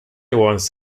once